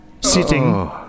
sitting